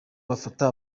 bafata